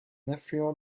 affluent